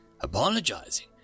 apologizing